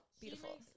beautiful